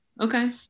okay